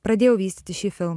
pradėjau vystyti šį filmą